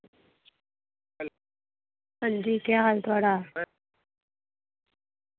हां जी केह् हाल थुआढ़ा